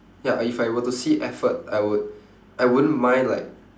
ya if I were to see effort I would I wouldn't mind like